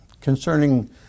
concerning